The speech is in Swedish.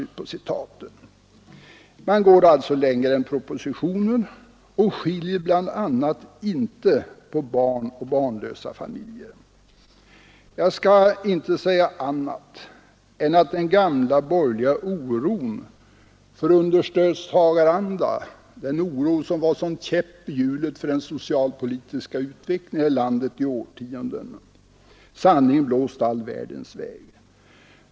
Man går alltså längre än propositionen och skiljer bl.a. inte på barnfamiljer och barnlösa. Jag skall inte säga annat än den gamla borgerliga oron för ”understödstagaranda”, den oro som under årtionden var en käpp i hjulet för den socialpolitiska utvecklingen här i landet, sannerligen har blåst all världens väg.